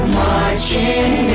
marching